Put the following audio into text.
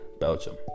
Belgium